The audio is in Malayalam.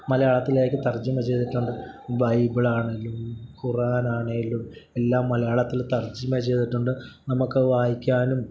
മലയാളത്തിലേക്ക് തർജ്ജമ ചെയ്തിട്ടുണ്ട് ബൈബിളാണെങ്കിലും ഖുറാനാണെങ്കിലും എല്ലാം മലയാളത്തിൽ തർജ്ജമ ചെയ്തിട്ടുണ്ട് നമുക്ക് വായിക്കാനും